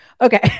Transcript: Okay